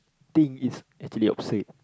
think is actually absurd